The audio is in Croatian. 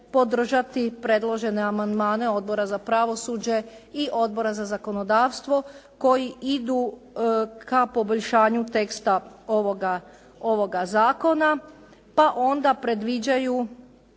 podržati predložene amandmane Odbora za pravosuđe i Odbora za zakonodavstvo koji idu ka poboljšanju teksta ovoga zakona, pa onda predviđaju